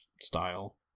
style